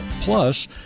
Plus